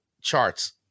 charts